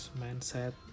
mindset